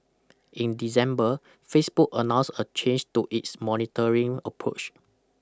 in December Facebook announced a change to its monitoring approach